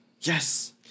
Yes